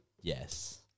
Yes